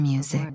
Music